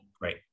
Right